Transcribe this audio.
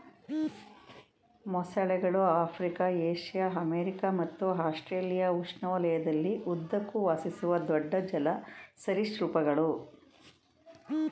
ಮೊಸಳೆಗಳು Africa Asia America ಮತ್ತು Australia ಉಷ್ಣವಲಯದಲ್ಲಿ ಉದ್ದಕ್ಕೂ ವಾಸಿಸುವ ದೊಡ್ಡ ಜಲ ಸರೀಸೃಪಗಳು